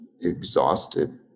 exhausted